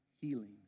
healing